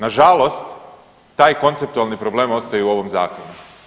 Nažalost taj konceptualni problem ostaje i u ovom zakonu.